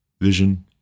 vision